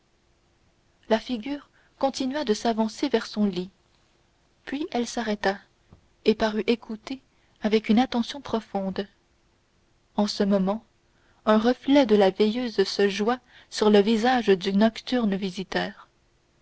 la figure continua de s'avancer vers son lit puis elle s'arrêta et parut écouter avec une attention profonde en ce moment un reflet de la veilleuse se joua sur le visage du nocturne visiteur